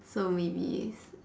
so maybe